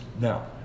Now